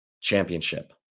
championship